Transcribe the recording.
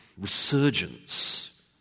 resurgence